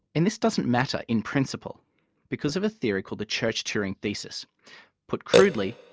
and this doesn't matter in principle because of a theory called the church-turing thesis put crudely,